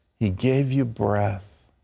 he gave you breath.